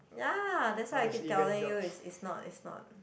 ya that's why I keep telling you is is not is not